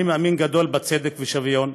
אני מאמין גדול בצדק ושוויון.